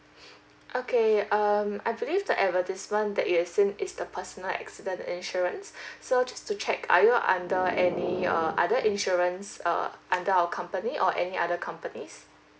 okay um I believe the advertisement that you have seen is the personal accident insurance so just to check are you under any uh other insurance uh under our company or any other companies